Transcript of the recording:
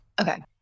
Okay